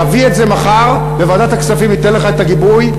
תביא את זה מחר ובוועדת הכספים ניתן לך את הגיבוי.